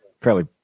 fairly